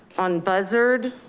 on buzzard,